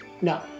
No